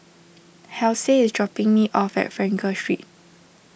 Halsey is dropping me off at Frankel Street